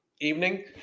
evening